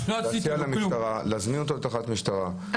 להציע למשטרה להזמין אותו לתחנת משטרה,